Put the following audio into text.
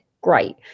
great